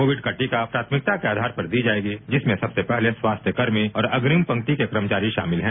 Covid का टीका प्राथमिकता के आधार पर दी जाएगी जिसमें सबसे पहले स्वास्थ्यकर्मी और अग्रिम पंक्ति के कर्मचारी शामिल हैं